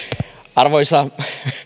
arvoisa